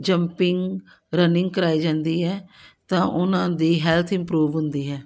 jumping running ਕਰਵਾਈ ਜਾਂਦੀ ਹੈ ਤਾਂ ਉਹਨਾਂ ਦੀ ਹੈਲਥ ਇੰਪਰੂਵ ਹੁੰਦੀ ਹੈ